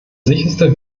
sicherste